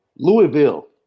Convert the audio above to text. Louisville